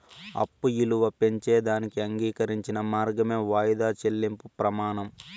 అప్పు ఇలువ పెంచేదానికి అంగీకరించిన మార్గమే వాయిదా చెల్లింపు ప్రమానం